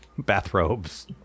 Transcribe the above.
bathrobes